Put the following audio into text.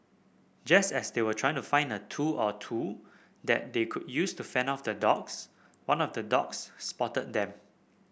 just as they were trying to find a tool or two that they could use to fend off the dogs one of the dogs spotted them